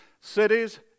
cities